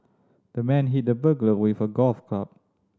the man hit the burglar with a golf club